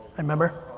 i remember.